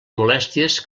molèsties